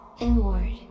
inward